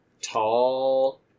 tall